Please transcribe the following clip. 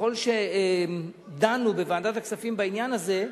ככל שדנו בוועדת הכספים בעניין הזה,